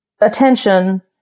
attention